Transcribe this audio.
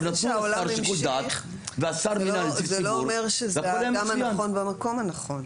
זה שהעולם המשיך זה לא אומר שזה האדם הנכון במקום הנכון.